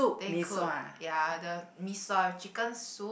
they cook ya the mee sua with chicken soup